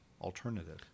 alternative